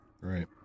Right